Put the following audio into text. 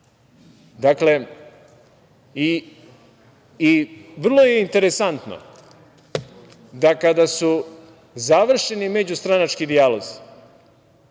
Polako. Dakle, vrlo je interesantno, da kada su završeni međustranački dijalozi